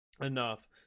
enough